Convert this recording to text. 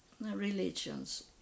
religions